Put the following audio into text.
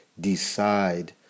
decide